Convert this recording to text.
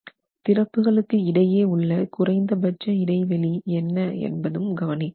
திறப்புகளுக்கு இடையே உள்ள குறைந்தபட்ச இடைவெளி என்ன என்பதும் கவனிக்க வேண்டும்